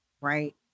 Right